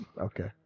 Okay